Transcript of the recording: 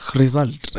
result